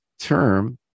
term